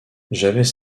j’avais